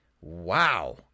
Wow